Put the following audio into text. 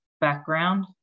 background